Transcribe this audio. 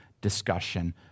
discussion